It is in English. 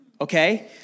Okay